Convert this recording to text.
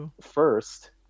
First